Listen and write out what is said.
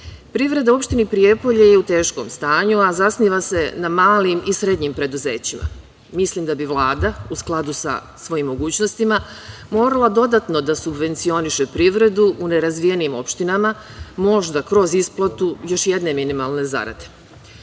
Privreda u opštini Prijepolje je u teškom stanju, a zasniva se na malim i srednjim preduzećima. Mislim da bi Vlada u skladu sa svojim mogućnostima morala dodatno da subvencioniše privredu u nerazvijenim opštinama, možda kroz isplatu još jedne minimalne zarade. Kako